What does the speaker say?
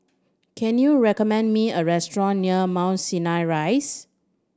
can you recommend me a restaurant near Mount Sinai Rise